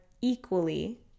equally